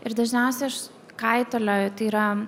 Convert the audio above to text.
ir dažniausiai aš kaitalioju tai yra